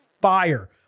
fire